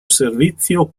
servizio